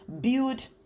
build